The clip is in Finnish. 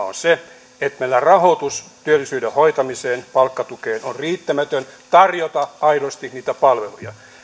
on se että meillä rahoitus työllisyyden hoitamiseen palkkatukeen on riittämätön jotta voidaan tarjota aidosti niitä palveluja